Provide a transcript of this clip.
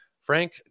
Frank